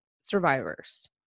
survivors